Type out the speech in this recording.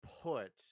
put